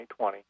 2020